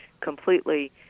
completely